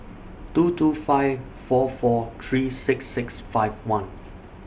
two two five four four three six six five one